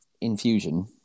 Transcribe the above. infusion